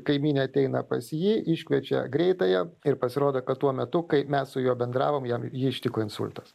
kaimynė ateina pas jį iškviečia greitąją ir pasirodo kad tuo metu kai mes su juo bendravom jam jį ištiko insultas